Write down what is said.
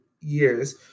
years